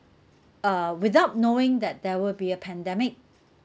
uh without knowing that there will be a pandemic